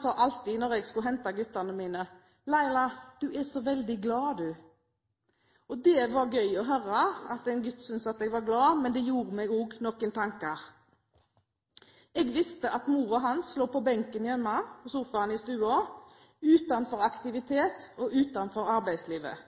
sa alltid når jeg skulle hente guttene mine: Laila, du er så veldig glad, du. Det var gøy å høre at en gutt syntes jeg var glad, men jeg gjorde meg også noen tanker. Jeg visste at moren hans lå på benken hjemme, på sofaen i stua, utenfor aktivitet og utenfor arbeidslivet.